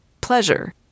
pleasure